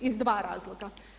Iz dva razloga.